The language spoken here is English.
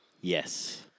yes